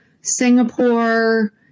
Singapore